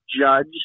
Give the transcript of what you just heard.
Judge